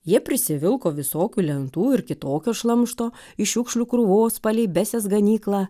jie prisivilko visokių lentų ir kitokio šlamšto iš šiukšlių krūvos palei besės ganyklą